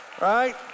Right